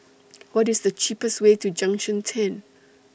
What IS The cheapest Way to Junction ten